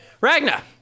Ragna